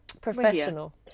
Professional